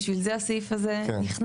בשביל זה הסעיף הזה נכנס.